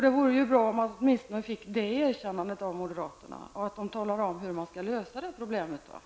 Det vore bra om vi åtminstone fick det erkännandet av moderaterna och om de talade om hur problemen skall lösas.